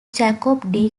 jacob